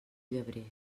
llebrer